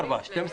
24 שעות.